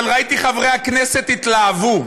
אבל ראיתי שחברי הכנסת התלהבו.